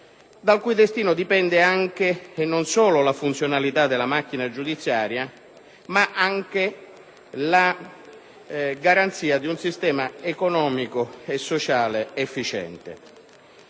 dal cui destino dipende non solo la funzionalità della macchina giudiziaria, ma anche la garanzia di un sistema economico e sociale efficiente.